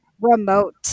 remote